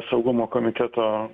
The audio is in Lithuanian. saugumo komiteto